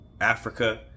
Africa